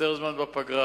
יותר זמן בפגרה,